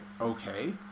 okay